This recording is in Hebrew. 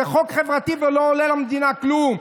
זה חוק חברתי, והוא לא עולה למדינה כלום.